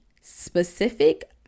specific